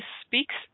speaks